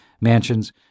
mansions